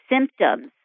symptoms